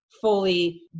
fully